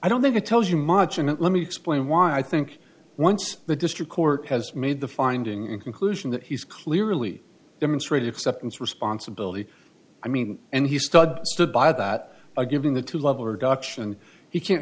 i don't think it tells you much and let me explain why i think once the district court has made the finding and conclusion that he's clearly demonstrated acceptance responsibility i mean and he stud stood by that a given the two level are gotcha and you can't